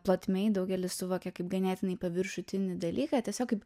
plotmėj daugelis suvokia kaip ganėtinai paviršutinį dalyką tiesiog kaip